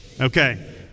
Okay